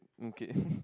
okay